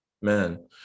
man